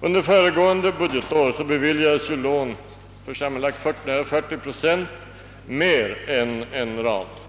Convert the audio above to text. Under föregående budgetår beviljades lån som sammanlagt överskred ramen med nära 40 procent.